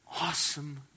awesome